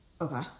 Okay